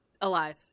Alive